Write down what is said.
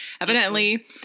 evidently